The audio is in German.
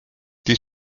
die